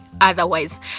otherwise